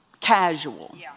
casual